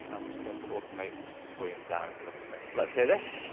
um just going to automate the volume down a little bit. so let's hear this.